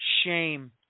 shame